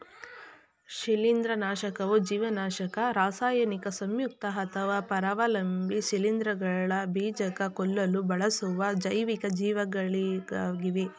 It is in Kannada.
ಶಿಲೀಂಧ್ರನಾಶಕವು ಜೀವನಾಶಕ ರಾಸಾಯನಿಕ ಸಂಯುಕ್ತ ಅಥವಾ ಪರಾವಲಂಬಿ ಶಿಲೀಂಧ್ರಗಳ ಬೀಜಕ ಕೊಲ್ಲಲು ಬಳಸುವ ಜೈವಿಕ ಜೀವಿಗಳಾಗಿವೆ